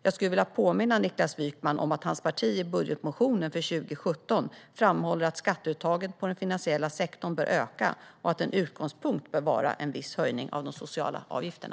Jag skulle vilja påminna Niklas Wykman om att hans parti i budgetmotionen för 2017 framhåller att skatteuttaget från den finansiella sektorn bör öka och att en utgångspunkt bör vara en viss höjning av de sociala avgifterna.